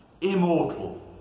immortal